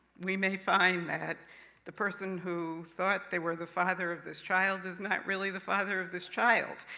we may find that the person who thought they were the father of this child, is not really the father of this child.